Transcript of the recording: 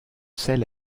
celle